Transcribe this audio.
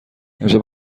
امشب